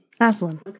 Aslan